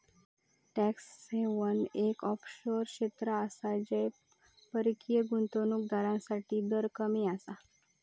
tax haven एक offshore क्षेत्र आसा जय परकीय गुंतवणूक दारांसाठी दर कमी आसा